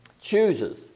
chooses